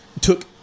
took